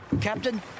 Captain